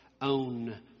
own